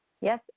Yes